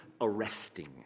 arresting